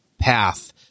path